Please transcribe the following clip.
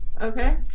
Okay